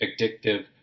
addictive